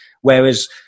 whereas